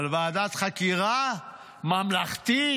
אבל ועדת חקירה ממלכתית?